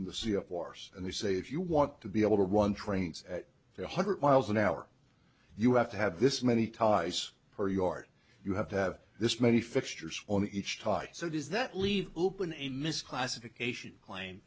the sea of course and they say if you want to be able to one trains at one hundred miles an hour you have to have this many ties per yard you have to have this many fixtures on each top so does that leave open a misclassification claim